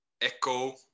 Echo